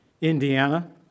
Indiana